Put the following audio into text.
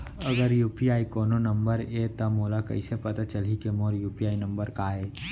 अगर यू.पी.आई कोनो नंबर ये त मोला कइसे पता चलही कि मोर यू.पी.आई नंबर का ये?